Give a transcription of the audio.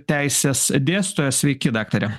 teises dėstytojas sveiki daktare